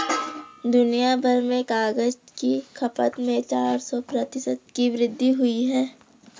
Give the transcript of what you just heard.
दुनियाभर में कागज की खपत में चार सौ प्रतिशत की वृद्धि हुई है